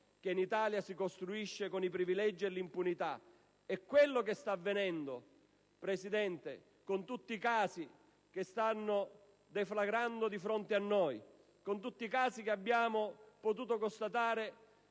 che in Italia si costruisce con i privilegi e le impunità. È quello che sta avvenendo, signor Presidente, con tutti i casi che stanno deflagrando di fronte a noi e con tutti quelli che abbiamo potuto constatare